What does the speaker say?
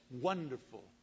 Wonderful